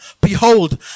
Behold